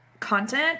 content